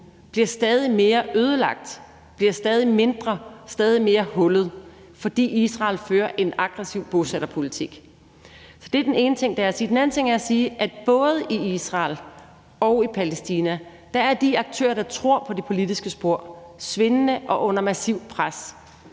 bliver stadig mindre, bliver stadig mere hullet, fordi Israel fører en aggressiv bosætterpolitik. Så det er den ene ting, der er at sige. Den anden ting, der er at sige, er, at både i Israel og i Palæstina er de aktører, der tror på det politiske spor, svindende og under massivt pres.